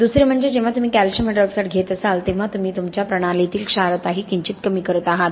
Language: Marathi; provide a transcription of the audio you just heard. दुसरे म्हणजे जेव्हा तुम्ही कॅल्शियम हायड्रॉक्साईड घेत असाल तेव्हा तुम्ही तुमच्या प्रणालीतील क्षारताही किंचित कमी करत आहात